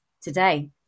today